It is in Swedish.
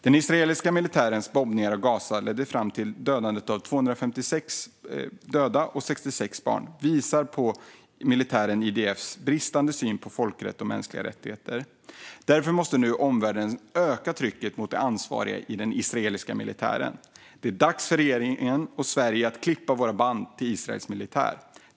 Den israeliska militärens bombningar av Gaza ledde fram till 256 döda varav 66 barn. Det visar på militärens, IDF:s, bristande syn på folkrätt och mänskliga rättigheter. Därför måste nu omvärlden öka trycket mot de ansvariga i den israeliska militären. Det är dags för regeringen och Sverige att klippa banden till Israels militär.